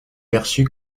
perçu